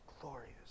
glorious